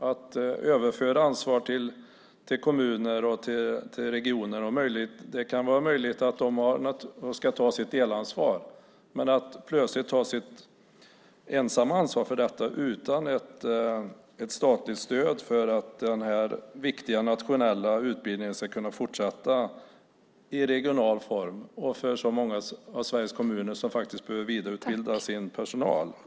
Det handlar om att föra över ansvar till kommuner och regioner. Det kan vara möjligt att de ska ta sitt delansvar. Men de ska plötsligt ensamma ta sitt ansvar för detta utan ett statligt stöd för att denna viktiga nationella utbildning ska kunna fortsätta i regional form. Många av Sveriges kommuner behöver vidareutbilda sin personal.